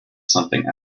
something